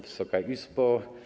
Wysoka Izbo!